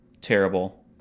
terrible